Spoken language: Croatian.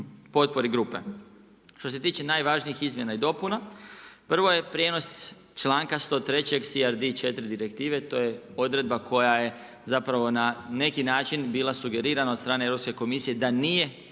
potpori grupe. Što se tiče najvažnijih izmjena i dopuna, prvo je prijenos članka 103. CRDIV direktive. To je odredba koja je zapravo na neki način bila sugerirana od strane Europske komisije da nije